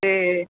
ਅਤੇ